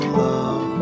love